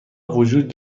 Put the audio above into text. وجود